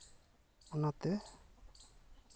ᱚᱱᱟᱛᱮ